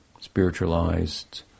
spiritualized